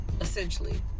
essentially